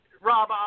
Rob